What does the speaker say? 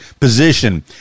position